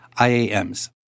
IAMs